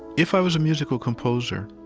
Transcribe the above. if i was a musical composer,